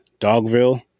Dogville